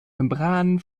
membranen